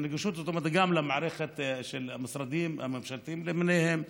נגישות זאת אומרת גם למערכת של המשרדים הממשלתיים למיניהם,